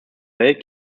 welt